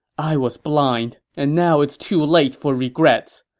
i was blind! and now it's too late for regrets!